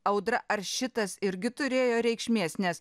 audra ar šitas irgi turėjo reikšmės nes